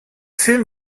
film